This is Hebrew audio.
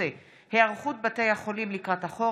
בן ברק וסונדוס סאלח בנושא: היערכות בתי החולים לקראת החורף,